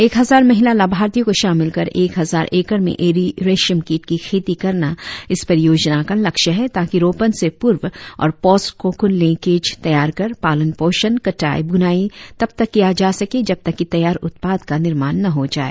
एक हजार महिला लाभार्थियों को शामिल कर एक हजार एकड़ में एरी रेशमकीट की खेती करना इस परियोजना का लक्ष्य है ताकि रोपन से पूर्व और पोस्ट कोकून लिंकेज तैयार कर पालन पोषण कटाई बुनाई तब तक किया जा सके जब तक कि तैयार उत्पाद का निर्माण न हो जाए